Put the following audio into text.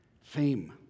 Fame